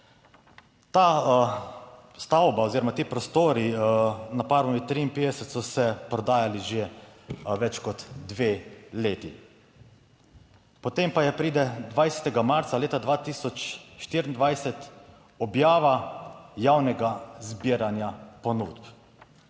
Ta stavba oziroma ti prostori na Parmovi 53 so se prodajali že več kot dve leti. Potem pa pride 20. marca leta 2024 objava javnega zbiranja ponudb.